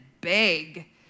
beg